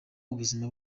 ubuzima